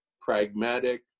pragmatic